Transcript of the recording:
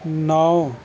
نو